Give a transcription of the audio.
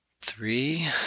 three